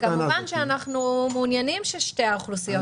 אנחנו כמובן מעוניינים ששיעור התעסוקה של שתי האוכלוסיות ימשיך לגדול.